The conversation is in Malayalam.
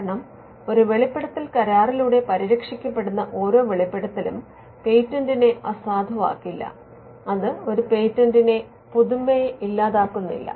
കാരണം ഒരു വെളിപ്പെടുത്തൽ കരാറിലൂടെ പരിരക്ഷിക്കപ്പെടുന്ന ഓരോ വെളിപ്പെടുത്തലും പേറ്റന്റിനെ അസാധുവാക്കില്ല അത് ഒരു പേറ്റന്റിന്റെ പുതുമയെ ഇല്ലാതാക്കുന്നില്ല